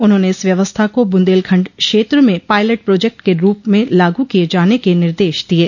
उन्होंने इस व्यवस्था को बुंदेलखंड क्षेत्र में पायलट प्रोजेक्ट के रूप लागू किये जाने के निर्देश दिये